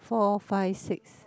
four five six